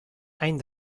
any